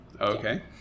Okay